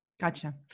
Gotcha